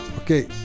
Okay